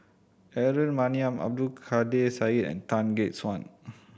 Aaron Maniam Abdul Kadir Syed and Tan Gek Suan